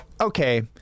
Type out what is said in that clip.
okay